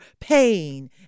pain